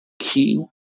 key